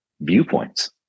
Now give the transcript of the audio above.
viewpoints